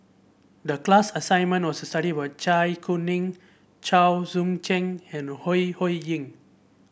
the class assignment was to study with Zai Kuning Chua Joon Siang and Ho Ho Ying